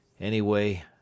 Anyway